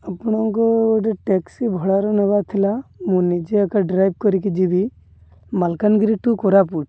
ଆପଣଙ୍କୁ ଗୋଟେ ଟ୍ୟାକ୍ସି ଭଡ଼ାରୁ ନେବାର ଥିଲା ମୁଁ ନିଜେ ଏକା ଡ୍ରାଇଭ୍ କରିକି ଯିବି ମାଲକାନଗିରି ଟୁ କୋରାପୁଟ